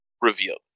revealed